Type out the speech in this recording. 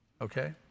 okay